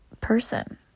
person